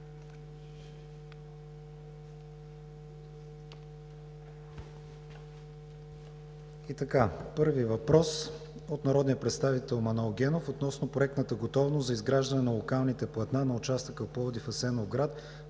2020 г. Първият въпрос от народния представител Манол Генов е относно проектната готовност за изграждане на локалните платна на участъка Пловдив – Асеновград,